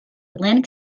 atlantic